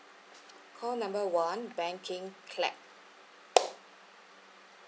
call number one banking clap